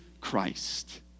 Christ